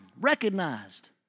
recognized